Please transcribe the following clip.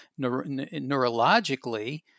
neurologically